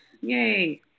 Yay